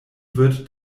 wird